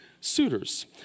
suitors